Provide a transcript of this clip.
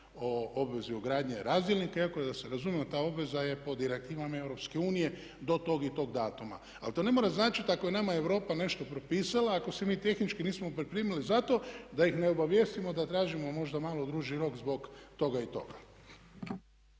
o obvezi ugradnje razdjelnika iako je da se razumijemo ta obveza je pod direktivom Europske unije do tog i tog datuma. Ali to ne mora značiti ako je nama Europa nešto propisala, ako se mi tehnički nismo pripremili zato da ih ne obavijestimo da tražimo možda malo duži rok zbog toga i toga.